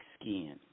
skin